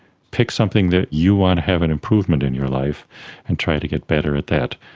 pick something that you want to have an improvement in your life and tried to get better at that.